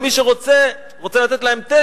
מי שרוצה לתת 9,